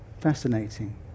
fascinating